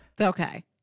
Okay